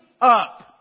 up